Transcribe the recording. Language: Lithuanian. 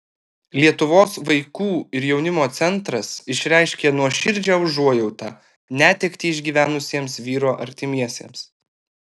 lietuvos vaikų ir jaunimo centras išreiškė nuoširdžią užuojautą netektį išgyvenusiems vyro artimiesiems